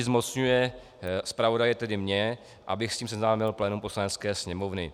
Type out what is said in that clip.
Zmocňuje zpravodaje tedy mě, abych s ním seznámil plénum Poslanecké sněmovně.